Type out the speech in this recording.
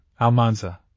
Almanza